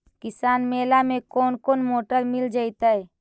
किसान मेला में कोन कोन मोटर मिल जैतै?